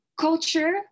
Culture